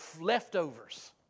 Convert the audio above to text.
leftovers